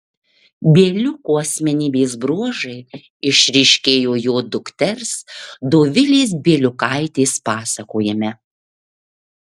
bieliuko asmenybės bruožai išryškėjo jo dukters dovilės bieliukaitės pasakojime